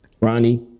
Ronnie